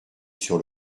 sur